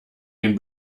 den